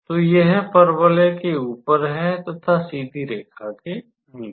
तो यह परवलय के ऊपर है तथा सीधी रेखा के नीचे